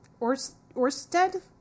Orsted